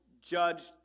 judged